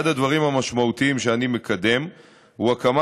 אחד הדברים המשמעותיים שאני מקדם הוא הקמה